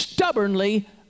stubbornly